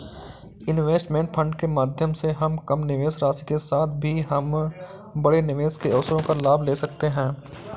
investment fund के माध्यम से हम कम निवेश राशि के साथ भी हम बड़े निवेश के अवसरों का लाभ ले सकते हैं